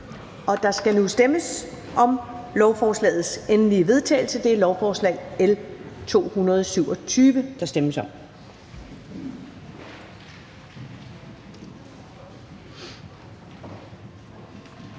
Der skal stemmes om lovforslagets endelige vedtagelse, og det er lovforslag nr. L 227, der stemmes om.